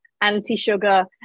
anti-sugar